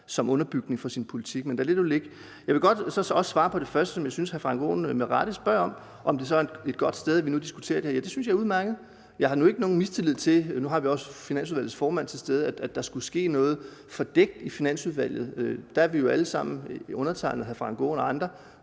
som underbygning for sin politik. Men lad det nu ligge. Jeg vil så også godt svare på det første, som jeg synes hr. Frank Aaen med rette spørger om, nemlig om det så er et godt sted, vi nu diskuterer det her. Ja, jeg synes, det er udmærket. Jeg nærer nu ikke nogen mistillid til Finansudvalget – nu er Finansudvalgets formand også til stede – med hensyn til, at der dér skulle ske noget fordækt. Der er vi jo alle sammen med – undertegnede, hr. Frank Aaen og andre